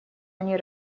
они